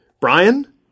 Brian